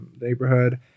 neighborhood